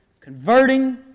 converting